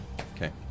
Okay